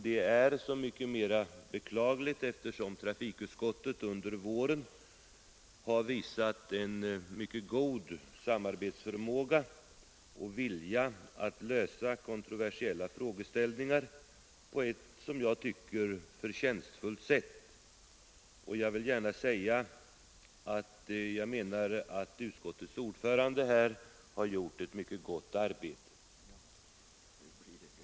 Det är så mycket mer beklagligt som trafikutskottet under våren har visat en mycket god samarbetsförmåga och vilja att lösa kontroversiella frågor på ett som jag tycker förtjänstfullt sätt. Utskottets ordförande har här gjort ett mycket gott arbete.